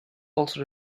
also